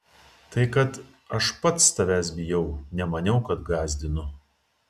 tai kad aš pats tavęs bijau nemaniau kad gąsdinu